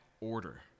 order